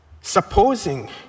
Supposing